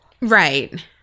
Right